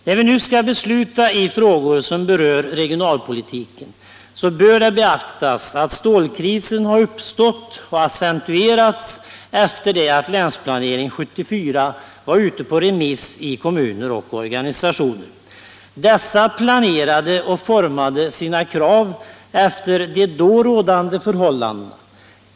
När vi nu skall besluta i frågor som berör regionalpolitiken så bör det beaktas att stålkrisen har uppstått och accentuerats efter det att Länsplanering 74 var ute på remiss i kommuner och organisationer. Dessa planerade och formade sina krav efter de då rådande förhållandena.